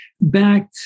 back